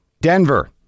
Denver